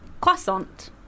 Croissant